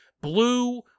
blue